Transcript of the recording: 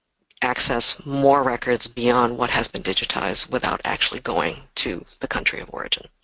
access more records beyond what has been digitized without actually going to the country of origin.